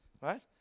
Right